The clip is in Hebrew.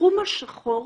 התחום השחור,